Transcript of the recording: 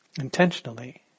intentionally